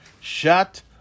Shut